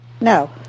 No